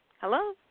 Hello